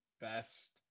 best